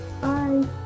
Bye